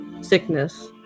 sickness